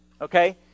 okay